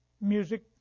Music